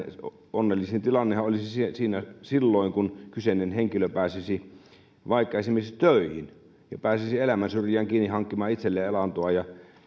onnellisin tilannehan olisi silloin kun kyseinen henkilö pääsisi esimerkiksi töihin ja pääsisi elämän syrjään kiinni hankkimaan itselleen elantoa ja